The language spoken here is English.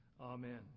Amen